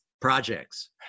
Projects